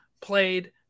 played